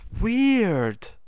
weird